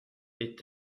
est